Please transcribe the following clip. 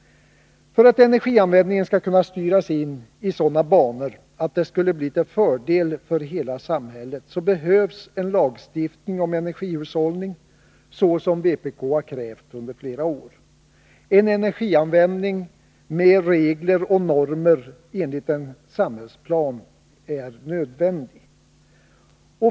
För att energianvändningen skall kunna styras in i sådana banor att det blir till fördel för hela samhället behövs en lagstiftning om energihushållning, såsom vpk har krävt under flera år. En energianvändning med regler och normer enligt en samhällsplan är nödvändig.